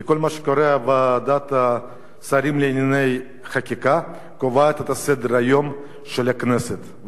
כי כל מה שקורה בוועדת שרים לענייני חקיקה קובע את סדר-היום של הכנסת,